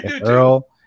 Earl